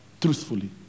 truthfully